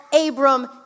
Abram